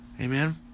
Amen